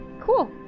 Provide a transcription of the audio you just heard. Cool